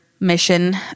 Mission